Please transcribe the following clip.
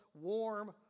warm